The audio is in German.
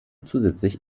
zusätzlich